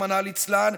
רחמנא ליצלן,